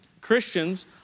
Christians